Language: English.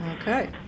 Okay